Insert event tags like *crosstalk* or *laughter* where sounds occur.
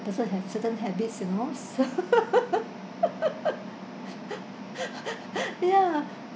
the person have certain habits you know so *laughs* ya